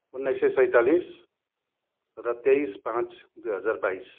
उन्नाइस सय सैतालिस र तेइस पाँच दुई हजार बाइस